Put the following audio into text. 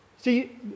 See